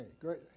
great